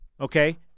Okay